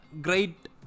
great